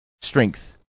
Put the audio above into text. strength